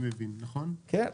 כן.